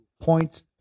points